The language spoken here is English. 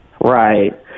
Right